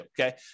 okay